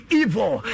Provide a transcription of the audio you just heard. evil